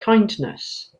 kindness